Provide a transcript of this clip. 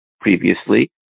previously